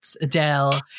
Adele